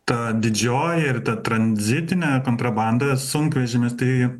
ta didžioji ir ta tranzitinė kontrabanda sunkvežimių tai